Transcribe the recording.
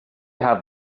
have